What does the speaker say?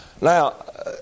Now